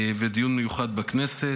ודיון מיוחד בכנסת,